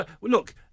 Look